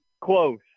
close